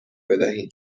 بدهیم